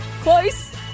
Close